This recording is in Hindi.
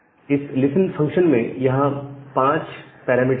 इस लिसन फंक्शन में यहां यह 5 एक पैरामीटर है